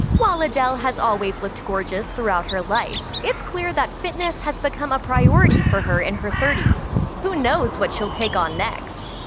while adele has always looked gorgeous throughout her life, it's clear that fitness has become a priority for her in her thirty s. who knows what she'll take on next?